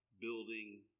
building